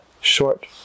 short